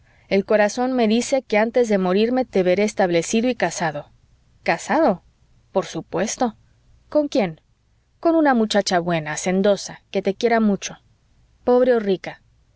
el corazón me dice que antes de morirme te veré establecido y casado casado por supuesto con quién con una muchacha buena hacendosa que te quiera mucho pobre o rica